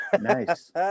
nice